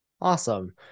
awesome